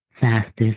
fastest